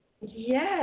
Yes